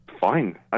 Fine